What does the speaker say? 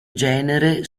genere